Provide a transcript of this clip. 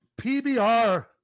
PBR